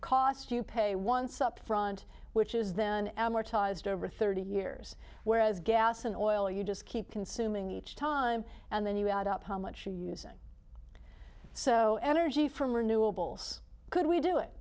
cost you pay once upfront which is then amortized over thirty years whereas gas and oil you just keep consuming each time and then you add up how much you using so energy from renewables could we do it